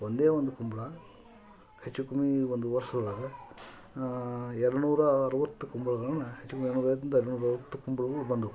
ಒಂದೇ ಒಂದು ಕುಂಬಳ ಹೆಚ್ಚು ಕಮ್ಮಿ ಒಂದು ವರ್ಷದೊಳಗ ಎರಡುನೂರ ಅರವತ್ತು ಕುಂಬಳಗಳನ್ನ ಹೆಚ್ಚು ಕಮ್ಮಿ ಎರಡುನೂರಾ ಐವತ್ತರಿಂದ ಎರಡುನೂರಾ ಅರವತ್ತು ಕುಂಬಳಗಳು ಬಂದವು